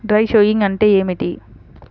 Dry sowing అంటే ఏమిటి?